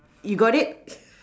you got it